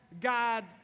God